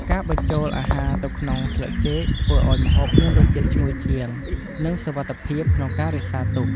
ការបញ្ចុលអាហារទៅក្នុងស្លឹកចេកធ្វើឱ្យម្ហូបមានរសជាតិឈ្ងុយជាង និងសុវត្ថិភាពក្នុងការរក្សាទុក។